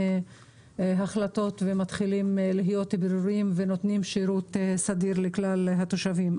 החלטות ומתחילים להיות בהירים ונותנים שירות סדיר לכלל התושבים.